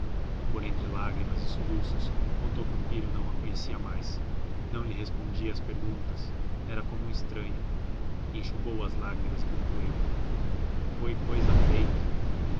e por entre lágrimas e soluços contou que o filho não a conhecia mais não lhe respondia às perguntas era como um estranho enxugou as lágrimas e concluiu foi